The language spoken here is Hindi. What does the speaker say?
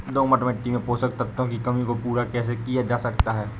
दोमट मिट्टी में पोषक तत्वों की कमी को पूरा कैसे किया जा सकता है?